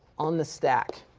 um the stack,